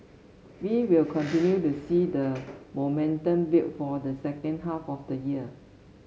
we will continue to see the momentum build for the second half of the year